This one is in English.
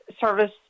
service